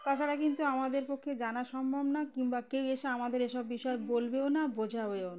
তাছাড়া কিন্তু আমাদের পক্ষে জানা সম্ভব না কিংবা কেউ এসে আমাদের এসব বিষয়ে বলবেও না বোঝাাবেও না